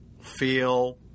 feel